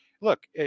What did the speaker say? look